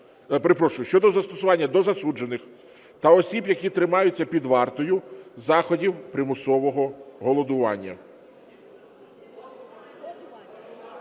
щодо застосування до засуджених та осіб, які тримаються під вартою, заходів примусового голодування.